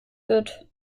wird